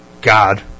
God